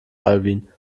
alwin